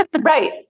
Right